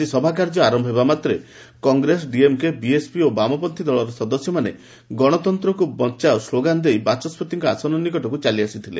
ଆଜି ସଭାକାର୍ଯ୍ୟ ଆରନ୍ୟ ହେବାମାତ୍ରେ କଂଗ୍ରେସ ଡିଏମ୍କେ ବିଏସ୍ପି ଓ ବାମପନ୍ନୀ ଦଳର ସଦସ୍ୟମାନେ ଗଣତନ୍ତ୍ରକୁ ବଞ୍ଚାଅ ସ୍କୋଗାନ ଦେଇ ବାଚସ୍କତିଙ୍କ ଆସନ ନିକଟକୁ ଚାଲିଯାଇଥିଲେ